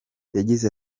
yagize